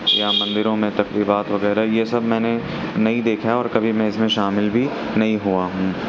یا مندروں میں تقریبات وغیرہ یہ سب میں نے نہیں دیکھا ہے اور کبھی میں اِس میں شامل بھی نہیں ہُوا ہوں